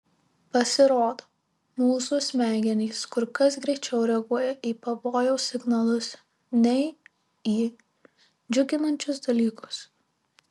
pasirodo mūsų smegenys kur kas greičiau reaguoja į pavojaus signalus nei į džiuginančius dalykus